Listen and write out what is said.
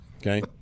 Okay